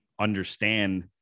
understand